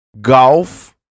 golf